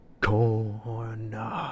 corn